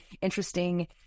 interesting